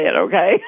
okay